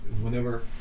Whenever